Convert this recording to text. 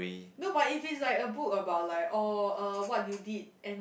no but if it's like a book about like oh er what you did and